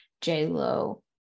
J-Lo